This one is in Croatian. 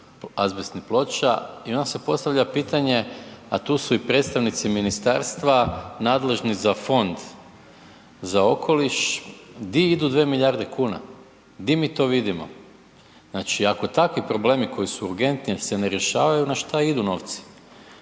azbestnih ploča i onda se postavlja pitanje a tu su i predstavnici ministarstva nadležni za Fon za okoliš, gdje idu 2 milijarde kuna, gdje mi to vidimo. Znači ako takvi problemi koji su urgentni se ne rješavaju, na šta idu novci?